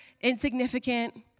insignificant